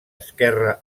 esquerra